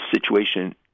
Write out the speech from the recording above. situation